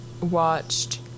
watched